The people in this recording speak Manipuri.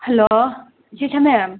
ꯍꯜꯂꯣ ꯏꯆꯦ ꯁꯅꯦꯝ